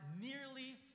nearly